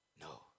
No